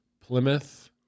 Plymouth